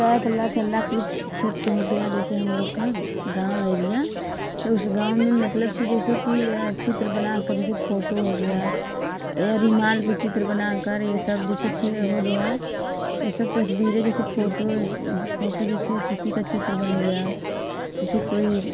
ए तला चंदा पृत क्षेत्र हो गया जैसे हम लोगों का गाँव एरिया तो उस गाँव में मतलब कि जैसे कि चित्र बनाकर जैसे फोटो हो गया या रुमाल पर चित्र बनाकर यह सब जैसे फिर हो गया यह सब तस्वीरें जैसे फोटो फोटो जैसे किसी का चित्र बन गया जैसे कोई